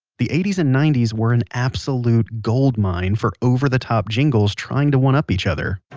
the eighty s and ninety s were an absolute gold mine for over the top jingles trying to one up each other